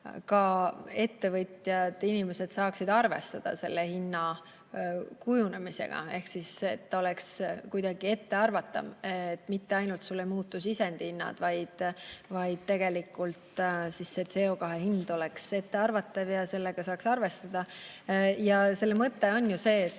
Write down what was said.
ettevõtjad ja inimesed saaksid arvestada selle hinna kujunemisega. Ehk siis, et see oleks kuidagi ette arvatavam. Sul ei muutu ainult sisendihinnad, vaid tegelikult CO2hind oleks ettearvatav ja sellega saaks arvestada. Selle mõte on ju see, et